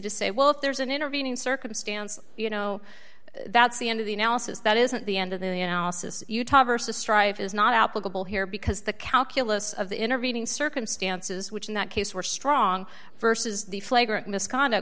to say well if there's an intervening circumstance you know that's the end of the analysis that isn't the end of the analysis utah versus strife is not applicable here because the calculus of the intervening circumstances which in that case were strong versus the flagrant misconduct